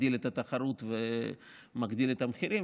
מגדיל את התחרות ומעלה את המחירים,